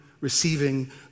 receiving